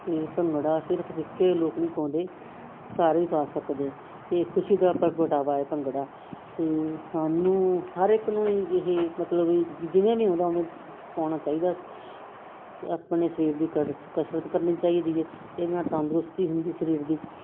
ਅਤੇ ਭੰਗੜਾ ਸਿਰਫ ਸਿੱਖੇ ਲੋਕ ਨਹੀਂ ਪਾਉਂਦੇ ਸਾਰੇ ਹੀ ਪਾ ਸਕਦੇ ਇਹ ਖੁਸ਼ੀ ਦਾ ਪ੍ਰਗਟਾਵਾ ਹੈ ਭੰਗੜਾ ਅਤੇ ਸਾਨੂੰ ਹਰ ਇੱਕ ਨੂੰ ਇਹ ਮਤਲਬ ਜਿਵੇਂ ਵੀ ਆਉਂਦਾ ਹੋਵੇ ਪਾਉਣਾ ਚਾਹੀਦਾ ਅਤੇ ਆਪਣੇ ਸਰੀਰ ਦੀ ਕਸ ਕਸਰਤ ਕਰਨੀ ਚਾਹੀਦੀ ਹੈ ਇਹਦੇ ਨਾਲ ਤੰਦਰੁਸਤੀ ਹੁੰਦੀ ਸਰੀਰ ਦੀ